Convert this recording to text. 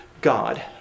God